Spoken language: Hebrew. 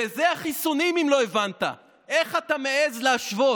וזה החיסונים, אם לא הבנת, איך אתה מעז להשוות